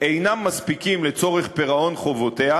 אינם מספיקים לצורך פירעון חובותיה,